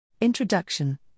Introduction